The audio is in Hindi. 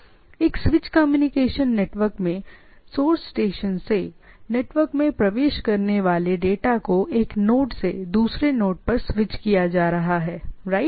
इसलिए एक स्विच कम्युनिकेशन नेटवर्क में सोर्स स्टेशन से नेटवर्क में प्रवेश करने वाले डेटा को एक नोड से दूसरे नोड पर स्विच किया जा रहा है राइट